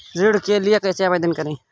ऋण के लिए कैसे आवेदन करें?